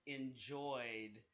enjoyed